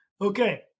Okay